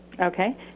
Okay